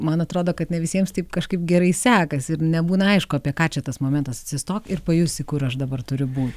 man atrodo kad ne visiems taip kažkaip gerai sekasi ir nebūna aišku apie ką čia tas momentas atsistok ir pajusi kur aš dabar turiu būt